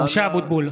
(קורא בשמות חברי הכנסת) משה אבוטבול,